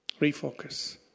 Refocus